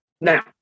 now